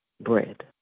bread